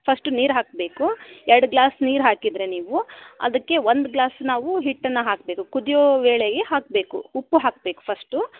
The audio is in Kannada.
ಫಸ್ಟ್ ನೀರು ಹಾಕಬೇಕು ಎರಡು ಗ್ಲಾಸ್ ನೀರು ಹಾಕಿದರೆ ನೀವು ಅದಕ್ಕೆ ಒಂದು ಗ್ಲಾಸ್ ನಾವು ಹಿಟ್ಟನ್ನು ಹಾಕ್ಬೇಕು ಕುದಿಯೋ ವೇಳೆಗೆ ಹಾಕಬೇಕು ಉಪ್ಪು ಹಾಕ್ಬೇಕು ಫಸ್ಟು